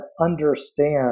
understand